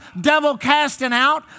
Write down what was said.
devil-casting-out